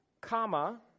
comma